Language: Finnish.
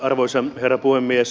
arvoisa herra puhemies